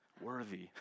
worthy